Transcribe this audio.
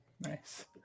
Nice